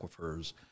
aquifers